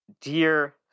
Dear